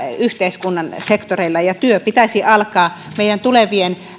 yhteiskunnan sektoreilla ja työn pitäisi alkaa meidän tulevien